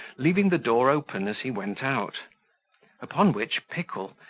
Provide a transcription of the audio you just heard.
leaving the door open as he went out upon which pickle,